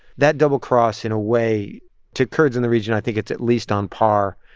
that double-cross, in a way to kurds in the region, i think it's at least on par